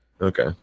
Okay